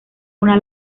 una